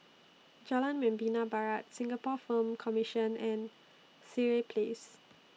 Jalan Membina Barat Singapore Film Commission and Sireh Place